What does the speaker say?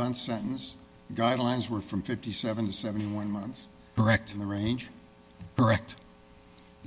month sentence guidelines were from fifty seven to seventy one months correct in the range correct